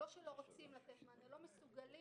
לא שלא רוצים לתת מענה אלא שלא מסוגלים